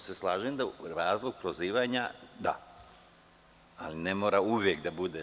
Slažem se da razlog prozivanja – da, ali ne mora uvek da bude.